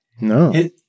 no